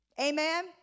Amen